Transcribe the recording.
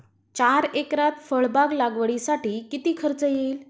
चार एकरात फळबाग लागवडीसाठी किती खर्च येईल?